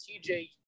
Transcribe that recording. tj